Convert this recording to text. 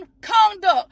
conduct